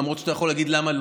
למרות שאתה יכול להגיד: למה לא?